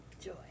Joy